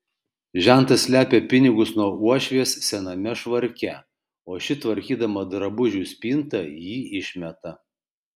žentas slepia pinigus nuo uošvės sename švarke o ši tvarkydama drabužių spintą jį išmeta